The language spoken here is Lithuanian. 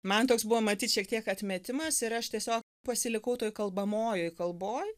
man toks buvo matyt šiek tiek atmetimas ir aš tiesiog pasilikau toj kalbamojoj kalboj